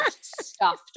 stuffed